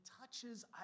touches